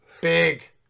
Big